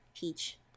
peach